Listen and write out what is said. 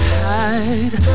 hide